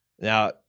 Now